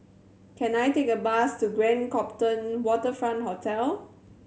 can I take a bus to Grand Copthorne Waterfront Hotel